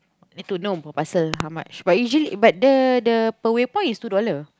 need to know per parcel how much but usually but the the per waypoint is two dollars